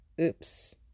Oops